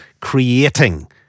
creating